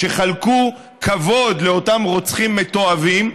שחלקו כבוד לאותם רוצחים מתועבים.